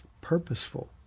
purposeful